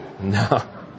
No